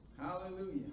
hallelujah